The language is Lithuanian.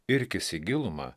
irkis į gilumą